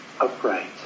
upright